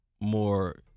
more